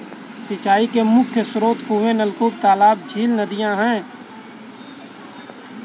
सिंचाई के मुख्य स्रोत कुएँ, नलकूप, तालाब, झीलें, नदियाँ हैं